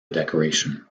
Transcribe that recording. decoration